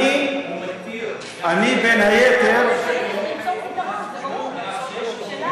אני בין היתר, צריך למצוא פתרון, זה ברור.